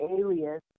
alias